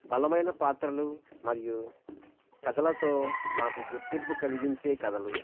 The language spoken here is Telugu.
బలమైన పాత్రలు మరియు కథలతో నాకు గుర్తింపు కలిగించే కథలు